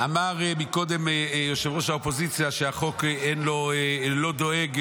אמר קודם ראש האופוזיציה שהחוק לא דואג